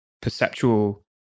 perceptual